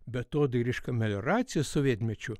beatodairiška melioracija sovietmečiu